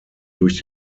durch